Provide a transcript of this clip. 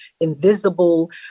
invisible